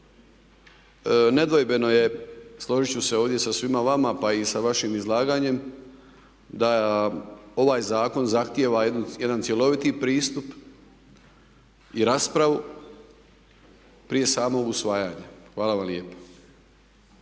Nedvojbeno je, složit ću se ovdje sa svima vama pa i sa vašim izlaganjem da ovaj zakon zahtjeva jedan cjeloviti pristup i raspravu prije samog usvajanja. Hvala vam lijepa.